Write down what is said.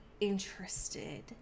interested